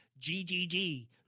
GGG